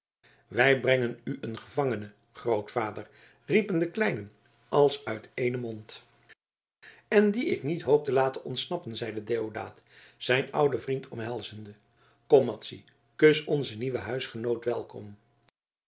wij brengen u een gevangene grootvader riepen de kleinen als uit éénen mond en dien ik niet hoop te laten ontsnappen zeide deodaat zijn ouden vriend omhelzende kom madzy kus onzen nieuwen huisgenoot welkom